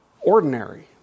ordinary